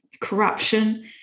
corruption